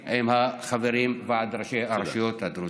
במקום מילה אחת, סליחה, נכון, נכון.